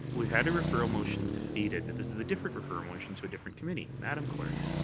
we've had a referral motion defeated but this is a different referral motion to a different committee. madam clerk?